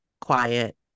quiet